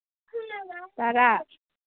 ꯇꯔꯥ